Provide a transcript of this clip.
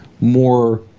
more –